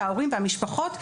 ההורים והמשפחות,